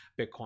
Bitcoin